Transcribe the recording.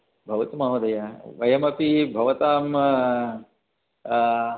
भवतु महोदय वयमपी भवतां